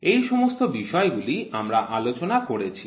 এই সমস্ত বিষয়গুলি আমরা আলোচনা করেছি